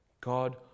God